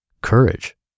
Courage